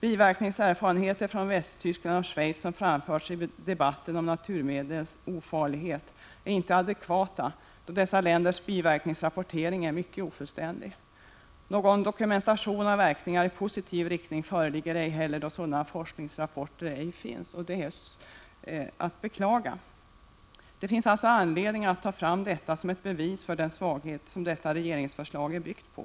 Biverkningserfarenheter från Västtyskland och Schweiz, som framförs i debatten om naturmedels ofarlighet, är inte adekvata, då dessa länders biverkningsrapporteringar är mycket ofullständiga. Någon dokumentation av verkningarna i positiv riktning föreligger ej heller, då sådana forskningsrapporter ej finns. Det är att beklaga. Det finns alltså anledning att ta fram detta som ett bevis för den svaghet som detta regeringsförslag är byggt på.